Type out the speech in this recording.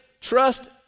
trust